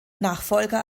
nachfolger